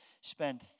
spend